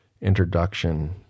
introduction